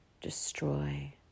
destroy